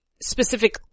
specific